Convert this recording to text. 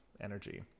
energy